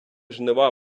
жнива